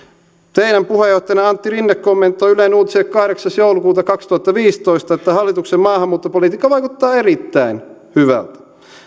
teidän puheenjohtajanne antti rinne kommentoi yle uutisille kahdeksas joulukuuta kaksituhattaviisitoista että hallituksen maahanmuuttopolitiikka vaikuttaa erittäin hyvältä